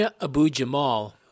Abu-Jamal